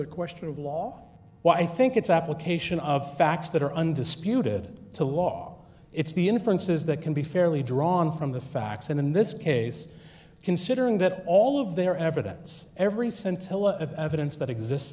a question of law well i think it's application of facts that are undisputed to law it's the inferences that can be fairly drawn from the facts in this case considering that all of their evidence every cent of evidence that exists